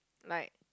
like